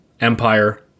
Empire